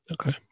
Okay